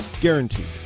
Guaranteed